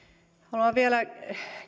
haluan vielä